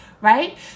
right